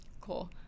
Cool